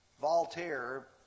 Voltaire